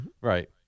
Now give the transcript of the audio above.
Right